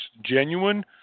genuine